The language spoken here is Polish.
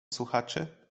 słuchaczy